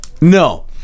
No